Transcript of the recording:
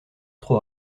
trop